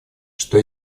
что